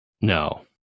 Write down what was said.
no